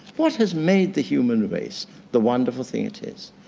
what has made the human race the wonderful thing it is?